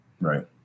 Right